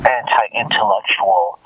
anti-intellectual